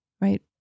Right